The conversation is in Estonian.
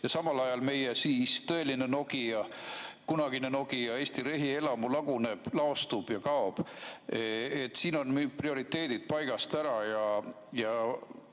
ja samal ajal meie tõeline Nokia – kunagine Eesti rehielamu – laguneb, laostub ja kaob. Siin on prioriteedid paigast ära.